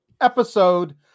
episode